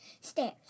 stairs